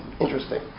interesting